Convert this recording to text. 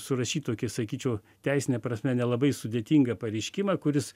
surašyt tokį sakyčiau teisine prasme nelabai sudėtingą pareiškimą kuris